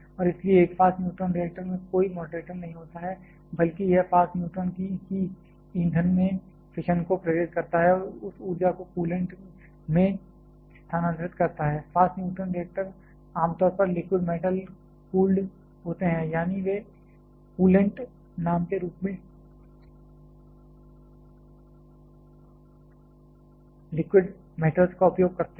और इसलिए एक फास्ट न्यूट्रॉन रिएक्टर में कोई मॉडरेटर नहीं होता है बल्कि यह फास्ट न्यूट्रॉन ही ईंधन में फिशन को प्रेरित करता है और उस ऊर्जा को कूलेंट में स्थानांतरित करता है फास्ट न्यूट्रॉन रिएक्टर आमतौर पर लिक्विड मेटल कूल्ड होते हैं यानी वे कूलेंट नाम के रूप में लिक्विड मेटल्स का उपयोग करते हैं